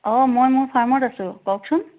অ মই মোৰ ফাৰ্মত আছোঁ কওকচোন